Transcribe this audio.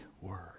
word